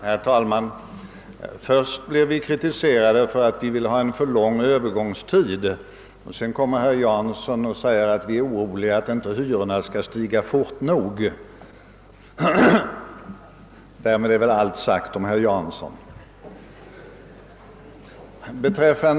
Herr talman! Först blev vi kritiserade för att vi ville ha en för lång övergångstid. Sedan kommer herr Jansson och säger att vi är oroliga för att inte hyrorna skall stiga fort nog. Därmed är väl allt sagt om herr Jansson.